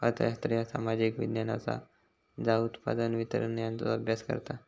अर्थशास्त्र ह्या सामाजिक विज्ञान असा ज्या उत्पादन, वितरण यांचो अभ्यास करता